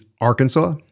Arkansas